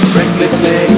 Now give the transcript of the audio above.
recklessly